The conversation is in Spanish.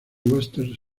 webster